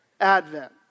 Advent